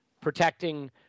protecting